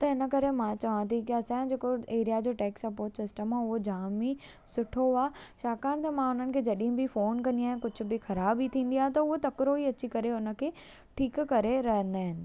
त इनकरे मां चवां थी की असांजो जेको एरिया जो टेक सपोट सिस्टम आहे उहो जाम ई सुठो आहे छाकाणि त मां उन्हनि खे जॾहिं बि फोन कंदी आहियां कुझु बि ख़राबी थींदी आहे त उहो तकिड़ो ई अची करे ठीकु करे रहंदा आहिनि